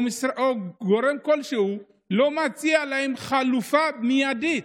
גורם כלשהו לא מציע להם חלופה מיידית.